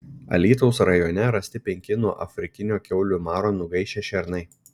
alytaus rajone rasti penki nuo afrikinio kiaulių maro nugaišę šernai